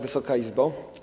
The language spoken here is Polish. Wysoka Izbo!